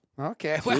Okay